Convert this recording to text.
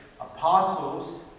apostles